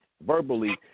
verbally